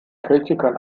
kritikern